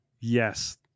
Yes